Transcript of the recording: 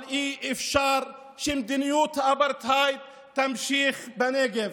אבל אי-אפשר שמדיניות האפרטהייד תימשך בנגב.